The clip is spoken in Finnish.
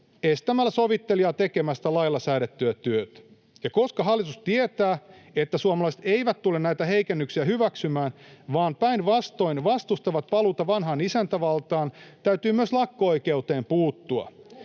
estämällä sovittelijaa tekemästä lailla säädettyä työtä. Ja koska hallitus tietää, että suomalaiset eivät tule näitä heikennyksiä hyväksymään vaan päinvastoin vastustavat paluuta vanhaan isäntävaltaan, täytyy myös lakko-oikeuteen puuttua.